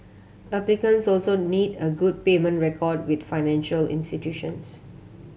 applicants also need a good payment record with financial institutions